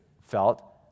felt